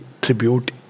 tribute